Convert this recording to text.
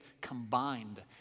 combined